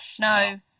no